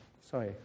sorry